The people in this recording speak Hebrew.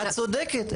את צודקת.